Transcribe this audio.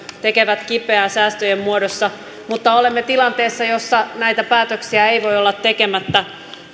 tekevät kipeää säästöjen muodossa mutta olemme tilanteessa jossa näitä päätöksiä ei voi olla tekemättä